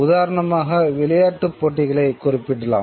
உதாரணமாக விளையாட்டுப் போட்டிகளை குறிப்பிடலாம்